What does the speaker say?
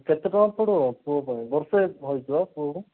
କେତେ ଟଙ୍କା ପଡ଼ିବ ପୁଅ ପାଇଁ ବର୍ଷେ ହେଇଛି ପୁଅକୁ